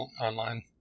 online